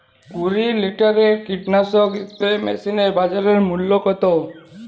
কুরি লিটারের কীটনাশক স্প্রে মেশিনের বাজার মূল্য কতো?